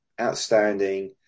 outstanding